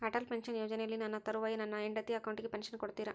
Atal pension ಯೋಜನೆಯಲ್ಲಿ ನನ್ನ ತರುವಾಯ ನನ್ನ ಹೆಂಡತಿ ಅಕೌಂಟಿಗೆ ಪೆನ್ಶನ್ ಕೊಡ್ತೇರಾ?